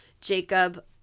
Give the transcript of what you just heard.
Jacob